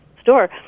store